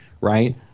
right